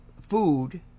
food